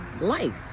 life